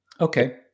Okay